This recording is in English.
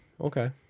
Okay